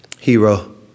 Hero